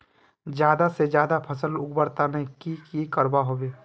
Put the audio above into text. ज्यादा से ज्यादा फसल उगवार तने की की करबय होबे?